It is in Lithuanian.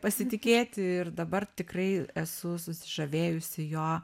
pasitikėti ir dabar tikrai esu susižavėjusi jo